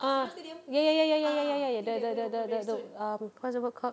ah ya ya ya ya ya ya ya ya the the the the the um what's the word called